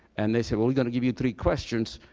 and they said, well, we're going to give you three questions,